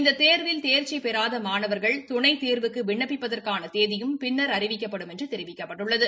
இந்த தோ்வில் தோ்ச்சிபெறாத மாணவா்கள் துணைத் தோ்வுக்கு விண்ணப்பிப்பதற்கான தேதியும் பின்னா் அறிவிக்கப்படும் என்று தெரிவிக்கப்பட்டுள்ளது